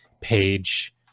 page